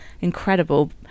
incredible